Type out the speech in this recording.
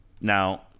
Now